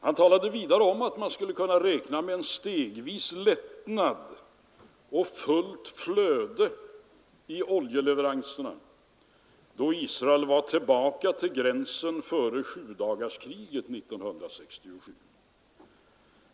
Han sade vidare att man skulle kunna räkna med en stegvis lättnad och fullt flöde i oljeleveranserna då Israel var tillbaka vid gränsen före sjudagarskriget 1967.